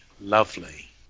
Lovely